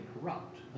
corrupt